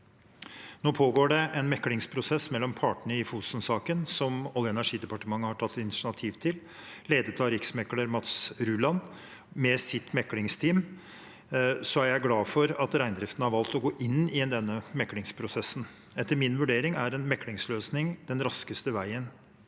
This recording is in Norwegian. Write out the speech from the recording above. Nå pågår det en meklingsprosess mellom partene i Fosen-saken, som Olje- og energidepartementet har tatt initiativ til, ledet av riksmekler Mats Ruland med sitt meklingsteam. Jeg er glad for at reindriften har valgt å gå inn i denne meklingsprosessen. Etter min vurdering er en meklingsløsning den raskeste veien